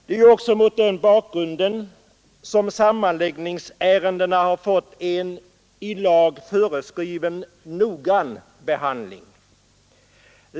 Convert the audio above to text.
Det är ju mot den bakgrunden som sammanläggningsärendena har fått en — i lag föreskriven — noggrann behandling.